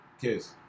Kiss